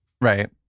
Right